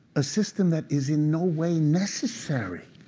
a system that is in no way necessary.